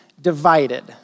divided